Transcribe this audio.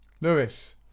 lewis